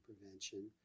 prevention